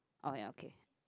oh ya okay